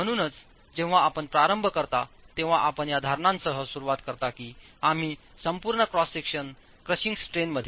म्हणूनच जेव्हा आपण प्रारंभ करता तेव्हा आपण या धारणासह सुरुवात करता की आम्ही संपूर्ण क्रॉस सेक्शन क्रशिंग स्ट्रेंन मध्ये आहे